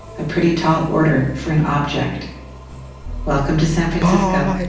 a pretty tall order for an object welcome to san francisco,